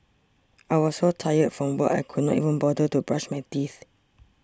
I was so tired from work I could not even bother to brush my teeth